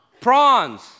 Prawns